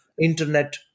internet